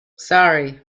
sorry